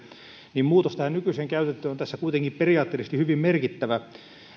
muutos tähän nykyiseen käytäntöön on tässä kuitenkin periaatteellisesti hyvin merkittävä